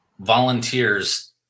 volunteers